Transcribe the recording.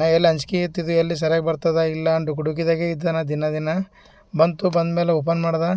ನಾ ಎಲ್ಲಿ ಅಂಜ್ಕೆ ಇತ್ತಿದು ಎಲ್ಲಿ ಸರ್ಯಾಗಿ ಬರ್ತದೋ ಇಲ್ಲ ಡುಗುಡುಗಿದಾಗೆ ಇದ್ದೆ ನಾ ದಿನ ದಿನ ಬಂತು ಬಂದ್ಮೇಲೆ ಓಪನ್ ಮಾಡ್ದೆ